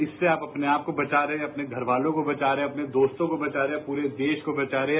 इससे आप अपने आपको बचा रहे हैं अपने घरवालों को बचा रहे हैं अपने दोस्तों का बचा रहे हैं पूरे देश को बचा रहे हैं